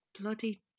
bloody